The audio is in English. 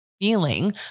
feeling